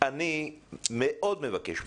אני מאוד מבקש מכם,